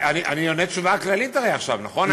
אבל הרי אני עונה תשובה כללית עכשיו, נכון?